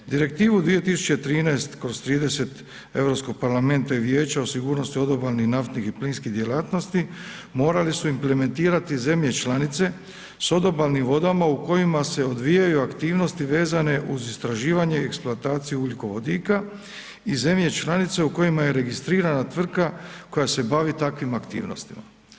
Direktivu 2013/30 Europskog parlamenta i vijeća o sigurnosti odobalnih naftnih i plinskih djelatnosti morale su implementirati zemlje članice s odobalnim vodama u kojima se odvijaju aktivnosti vezane uz istraživanje i eksploataciju ugljikovodika i zemlje članice u kojima je registrirana tvrtka koja se bavi takvim aktivnostima.